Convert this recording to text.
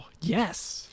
yes